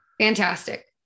fantastic